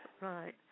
Right